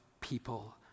people